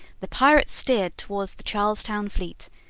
the pirates steered toward the charles town fleet,